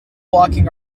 walking